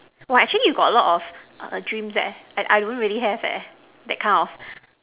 !wah! actually you got a lot of dreams eh I don't really have eh that kind of